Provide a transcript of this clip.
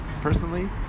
personally